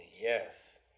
Yes